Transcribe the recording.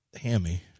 hammy